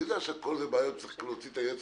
אני יודע שכל זה בעיות צריך להוציא את היועץ